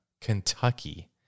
Kentucky